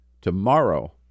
tomorrow